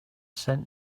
sent